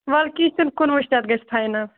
وَلہٕ کیٚنہہ چھِنہٕ کُنووُہ شَتھ گژھِ فایِنَل